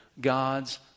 God's